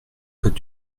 code